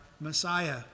Messiah